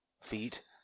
Feet